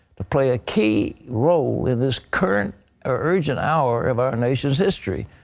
to play a key role in this current urgent hour of our nation's history.